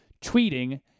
tweeting